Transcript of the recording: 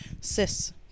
cis